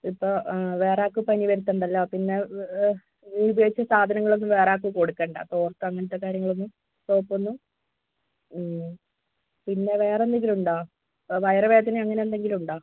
ഇപ്പോൾ വേറെ ആർക്കും പനി വരുത്തേണ്ടല്ലോ പിന്നെ ഈ ഉപയോഗിച്ച സാധനങ്ങളൊന്നും വേറെ ആൾക്ക് കൊടുക്കേണ്ട സോപ്പ് അങ്ങനത്തെ കാര്യങ്ങളൊന്നും സോപ്പ് ഒന്നും പിന്നെ വേറെ എന്തെങ്കിലും ഉണ്ടോ വയർ വേദനയോ അങ്ങനെന്തെങ്കിലും ഉണ്ടോ